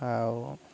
ଆଉ